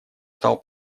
стал